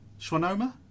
schwannoma